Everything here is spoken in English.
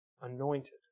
anointed